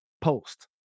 Post